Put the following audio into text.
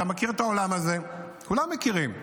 אתה מכיר את העולם הזה, כולם מכירים.